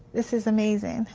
this is amazing.